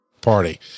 party